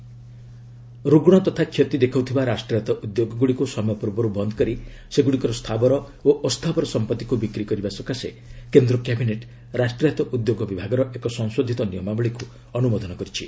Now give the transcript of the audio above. cabinet CPSE ରୁଗ୍ଶ ତଥା କ୍ଷତି ଦେଖାଉଥିବା ରାଷ୍ଟ୍ରାୟତ୍ତ ଉଦ୍ୟୋଗଗୁଡ଼ିକୁ ସମୟ ପୂର୍ବରୁ ବନ୍ଦ୍ କରି ସେଗୁଡ଼ିକର ସ୍ଥାବର ଓ ଅସ୍ଥାବର ସମ୍ପଭିକୁ ବିକ୍ରି କରିବା ସକାଶେ କେନ୍ଦ୍ର କ୍ୟାବିନେଟ୍ ରାଷ୍ଟ୍ରାୟତ୍ତ ଉଦ୍ୟୋଗ ବିଭାଗର ଏକ ସଂଶୋଧିତ ନିୟମାବଳୀକୁ ଅନୁମୋଦନ କରିଛି